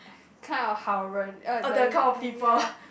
kind of 好人:haoren oh that kind ya